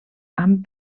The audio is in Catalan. amb